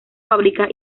fábrica